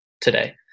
today